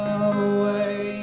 away